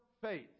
faith